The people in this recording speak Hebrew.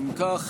אם כך,